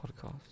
Podcast